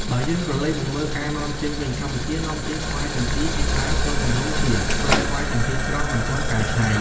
បើយើងក្រឡេកមកមើលការនាំចេញវិញ កម្ពុជានាំចេញស្វាយចន្ទីភាគច្រើនក្នុងទម្រង់ជា គ្រាប់ស្វាយចន្ទីស្រស់ មិនទាន់កែច្នៃ។